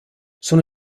sono